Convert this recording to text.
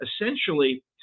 essentially